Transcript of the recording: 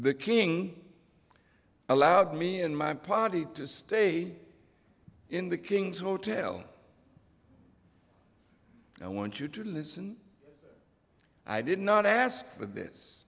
the king allowed me and my party to stay in the king's hotel i want you to listen i did not ask for this